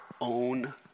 own